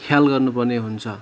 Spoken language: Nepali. ख्याल गर्नुपर्ने हुन्छ